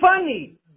funny